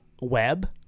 web